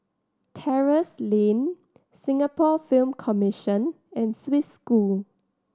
Terrasse Lane Singapore Film Commission and Swiss School